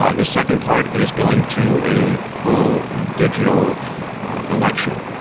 ah the second part is going to a full digital election,